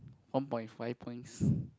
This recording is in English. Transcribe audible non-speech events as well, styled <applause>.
one point five points <breath>